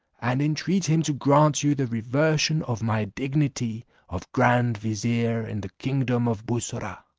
and intreat him to grant you the reversion of my dignity of grand vizier in the kingdom of bussorah.